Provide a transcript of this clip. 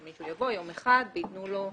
שמישהו יבוא יום אחד ויתנו לו.